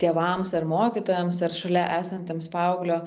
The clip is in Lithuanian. tėvams ar mokytojams ar šalia esantiems paauglio